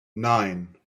nine